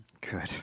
Good